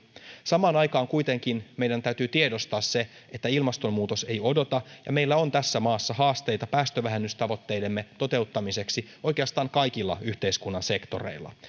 samaan aikaan kuitenkin meidän täytyy tiedostaa se että ilmastonmuutos ei odota ja meillä on tässä maassa haasteita päästövähennystavoitteidemme toteuttamiseksi oikeastaan kaikilla yhteiskunnan sektoreilla